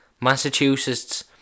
Massachusetts